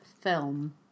film